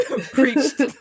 preached